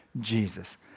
Jesus